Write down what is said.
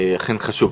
אכן חשוב.